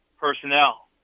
personnel